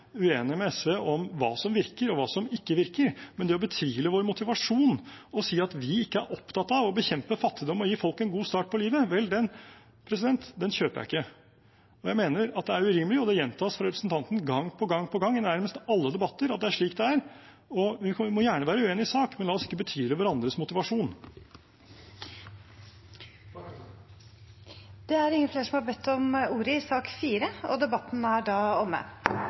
med SV om hva som virker, og hva som ikke virker, men å betvile vår motivasjon og si at vi ikke er opptatt av å bekjempe fattigdom og å gi folk en god start på livet – det kjøper jeg ikke, jeg mener at det er urimelig. Det gjentas fra representanten gang på gang, nærmest i alle debatter, at det er slik det er. Vi må gjerne være uenige i sak, men la oss ikke betvile hverandres motivasjon. Flere har ikke bedt om ordet til sak nr. 4. Etter ønske fra kommunal- og forvaltningskomiteen vil presidenten ordne debatten